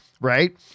right